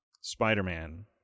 spider-man